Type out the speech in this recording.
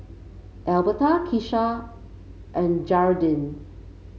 Albertha Kisha and Gearldine